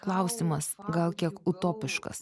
klausimas gal kiek utopiškas